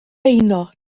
beuno